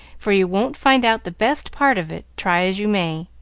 for you won't find out the best part of it, try as you may.